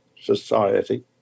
society